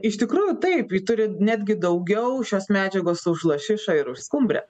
iš tikrųjų taip ji turi netgi daugiau šios medžiagos už lašišą ir už skumbrę